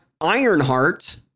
Ironheart